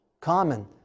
common